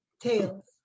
Tails